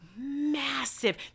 massive